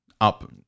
up